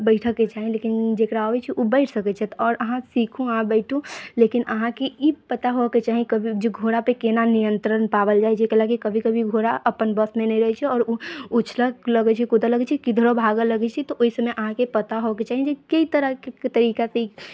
बैठे के चाही लेकिन जेकरा आबै छै ओ बैठ सकै छथि आओर अहाँ सीखू अहाँ बैठू लेकिन अहाँके ई पता होबे के चाही की घोड़ा पे केना नियंत्रण पाबल जाय जे जेकरा लागी कभी कभी घोड़ा अपन वश मे नहि रहै छै ओ उछलऽ लगै छै कूदऽ लगै छै किधरो भागऽ लगै छै तऽ ओहि समय अहाँके पता होबे के चाही जे कोन तरह से की तरीका से घोड़ा